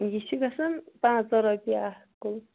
یہِ چھُ گژھان پٲنٛژھ ترٛہہ رۄپیہِ اکھ کُل